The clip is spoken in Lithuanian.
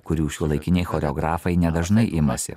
kurių šiuolaikiniai choreografai nedažnai imasi